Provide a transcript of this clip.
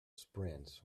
sprints